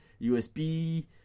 USB